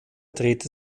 drehte